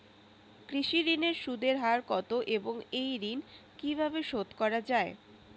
কৃষি ঋণের সুদের হার কত এবং এই ঋণ কীভাবে শোধ করা য়ায়?